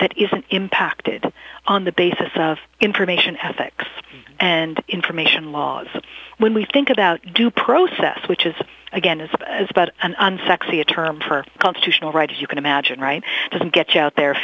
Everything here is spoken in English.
that isn't impacted on the basis of information ethics and information laws when we think about due process which is again is as but an unsexy a term for constitutional right as you can imagine right doesn't get you out there